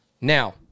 Now